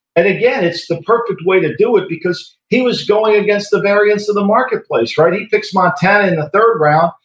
and again, it's the perfect way to do it because he was going against the variance of the marketplace right? he picks montana in the third round,